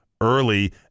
early